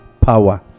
power